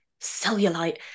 cellulite